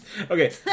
Okay